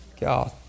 God